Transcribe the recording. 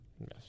Yes